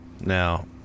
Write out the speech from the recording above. now